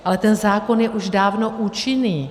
Ale ten zákon je už dávno účinný.